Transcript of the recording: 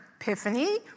epiphany